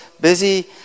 busy